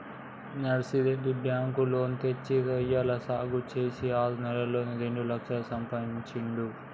Narsireddy bank loan తెచ్చి రొయ్యల సాగు చేసి ఆరు నెలల్లోనే రెండు లక్షలు సంపాదించిండు